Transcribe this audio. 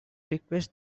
request